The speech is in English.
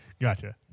Gotcha